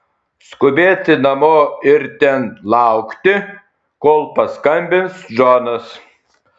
skubėti namo ir ten laukti kol paskambins džonas